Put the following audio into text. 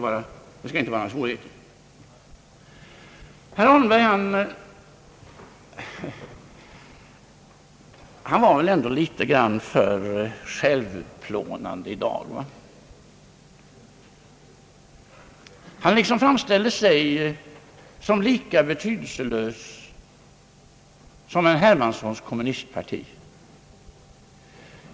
Herr Holmberg var väl ändå litet för självutplånande i dag. Han liksom framställde sig som lika betydelselös som herr Hermansson och hans kommunistparti.